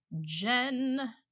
jen